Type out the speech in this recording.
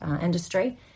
industry